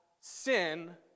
sin